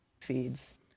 feeds